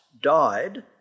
died